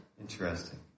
Interesting